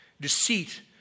deceit